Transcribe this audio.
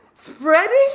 spreading